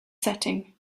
setting